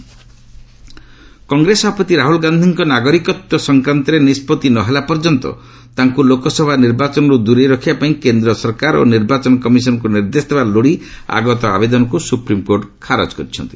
SC Rahul Congress ସଭାପତି ରାହୁଲ ଗାନ୍ଧୀଙ୍କ ନାଗରିକତ୍ୱ ସଂକ୍ରାନ୍ତରେ ନିଷ୍ପଭି ନହେଲା ପର୍ଯ୍ୟନ୍ତ ତାଙ୍କୁ ଲୋକସଭା ନିର୍ବାଚନରୁ ଦୂରେଇ ରଖିବା ପାଇଁ କେନ୍ଦ୍ରସରକାର ଓ ନିର୍ବାଚନ କମିଶନଙ୍କୁ ନିର୍ଦ୍ଦେଶଦେବା ଲୋଡି ଆଗତ ଆବେଦନକୁ ସୁପ୍ରିମକୋର୍ଟ ଖାରଜ କରିଛନ୍ତି